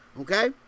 Okay